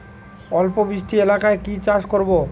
অল্প বৃষ্টি এলাকায় কি চাষ করব?